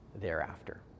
thereafter